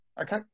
okay